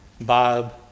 Bob